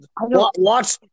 Watch